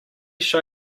show